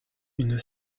une